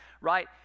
right